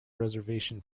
reservation